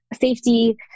safety